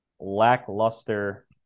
lackluster